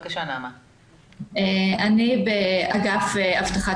את זה החוק בא להסדיר.